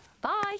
Bye